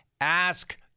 ask